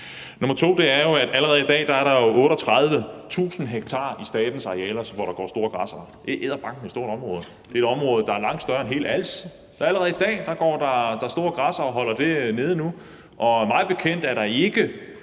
det løses. Allerede i dag er der jo 38.000 ha af statens arealer, hvorpå der går store græssere. Det er edderbankemig et stort område. Det er et område, der er langt større end hele Als. Så allerede i dag går der store græssere og holder det nede. Mig bekendt er der ikke